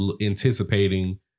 anticipating